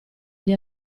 gli